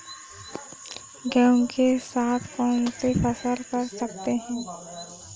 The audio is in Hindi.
गेहूँ के साथ कौनसी फसल कर सकते हैं?